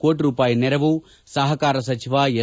ಕೋಟಿ ರೂಪಾಯಿ ನೆರವು ಸಹಕಾರ ಸಚಿವ ಎಸ್